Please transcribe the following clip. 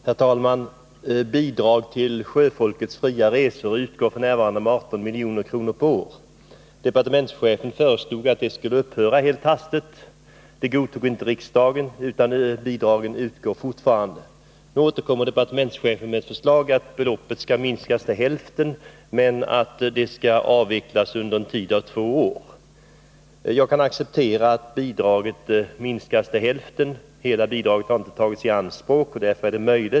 Herr talman! Bidrag till sjöfolkets fria resor utgår f. n. med 18 milj.kr. per år. Departementschefen föreslog att bidraget skulle upphöra helt hastigt. Det godtog inte riksdagen, utan bidragen utgår fortfarande. Nu återkommer departementschefen med förslag om att beloppet skall minskas till hälften och att det sedan skall avvecklas under en tid av två år. Jag kan acceptera att bidraget minskas till hälften. Hela bidraget har inte tagits i anspråk, och därför är minskningen möjlig.